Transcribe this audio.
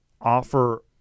offer